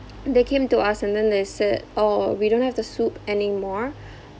they came to us and then they said oh we don't have the soup anymore